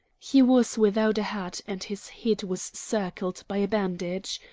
he was without a hat and his head was circled by a bandage.